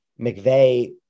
McVeigh